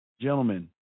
Gentlemen